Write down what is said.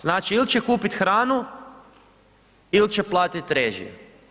Znači il' će kupit hranu, il' će platit režije.